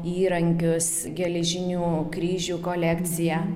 įrankius geležinių kryžių kolekciją